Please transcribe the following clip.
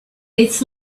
its